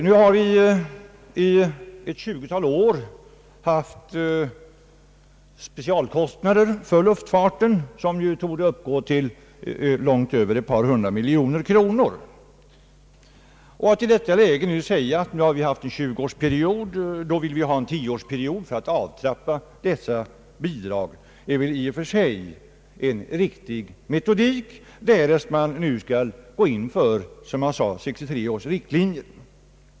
Nu har vi i ett 20-tal år haft specialkostnader för luftfarten, som torde uppgå till långt över ett par hundra miljoner kronor. Att i detta läge säga, att nu har vi haft en 20-årsperiod och vill ha en 10-årsperiod för att avtrappa dessa bidrag, är väl i och för sig en riktig metodik därest man går in för 1963 års riktlinjer.